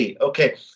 Okay